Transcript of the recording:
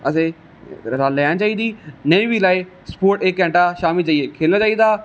असेंगी लैनी चाहिदी नेईं बी लैए स्पोट इक घंटा शामी जाइयै खेलना चाहिदा ग्रांउंड बिच